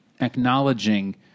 acknowledging